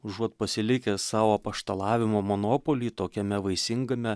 užuot pasilikę sau apaštalavimo monopolį tokiame vaisingame